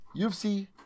UFC